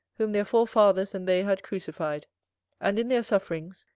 whom their forefathers and they had crucified and, in their sufferings,